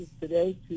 today